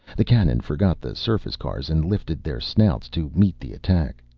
the cannon forgot the surface cars and lifted their snouts to meet the attack.